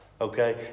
Okay